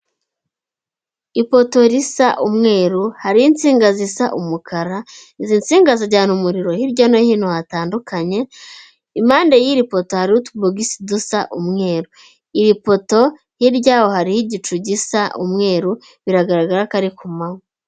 Ipoto risa umweru hariho insinga zisa umukara, inzi nsinga zinjana umuriro hirya no hino hatandukanye, impande y'iri poto hariho utubogisi dusa umweru, iri poto hirya yaho hariho igicu gisa umweru biragaragara ko ari kumanywa.